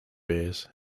bears